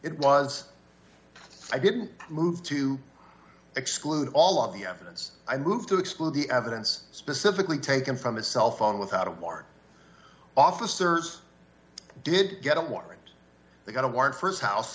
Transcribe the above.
it was i didn't move to exclude all of the evidence i moved to exclude the evidence specifically taken from a cell phone without a warrant officers did get a warrant they got a warrant for his house